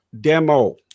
demo